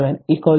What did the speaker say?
007 2